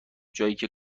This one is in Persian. جاییکه